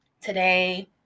today